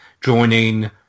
joining